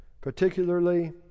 particularly